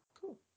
Cool